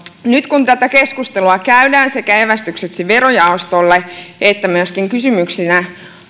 nyt kun tätä keskustelua käydään sekä evästykseksi verojaostolle että myöskin kysymyksenä